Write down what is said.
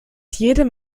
jedem